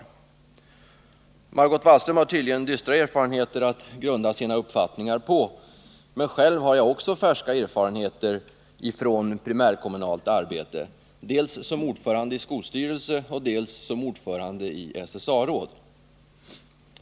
Om den företags Margot Wallström har tydligen dystra erfarenheter att grunda sina förlagda gymnauppfattningar på, men själv har jag också färska erfarenheter från sieutbildningen primärkommunalt arbete, dels som ordförande i skolstyrelse, dels som ordförande i SSA-råd.